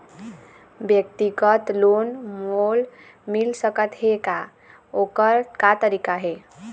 व्यक्तिगत लोन मोल मिल सकत हे का, ओकर का तरीका हे?